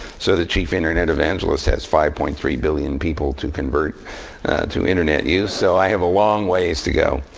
so the chief internet evangelist has five point three billion people to convert to internet use. so i have a long ways to go.